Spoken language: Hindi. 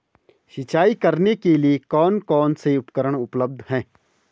सिंचाई करने के लिए कौन कौन से उपकरण उपलब्ध हैं?